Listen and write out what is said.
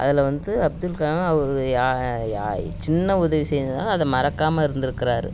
அதில் வந்து அப்துல் கலாம் அவர் யா யா சின்ன உதவி செஞ்சாலும் அதை மறக்காமல் இருந்திருக்குறாரு